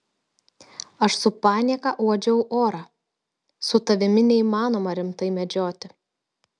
aš su panieka uodžiau orą su tavimi neįmanoma rimtai medžioti